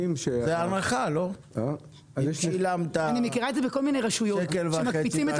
אני מכירה את זה מכל מיני רשויות שמקפיצים את